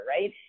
Right